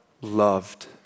loved